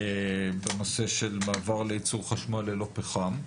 בנושא של מעבר לייצור חשמל ללא פחם.